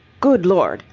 good lord!